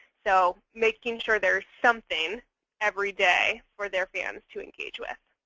so making sure there's something every day for their fans to engage with.